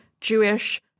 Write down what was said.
Jewish